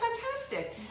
fantastic